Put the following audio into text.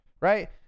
right